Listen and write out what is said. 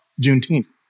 Juneteenth